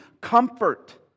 Comfort